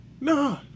Nah